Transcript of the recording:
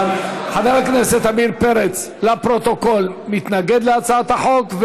חבר הכנסת עמיר פרץ, לפרוטוקול, מתנגד להצעת החוק.